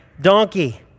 donkey